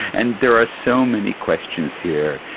and there are so many questions here.